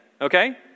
okay